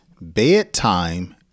bedtime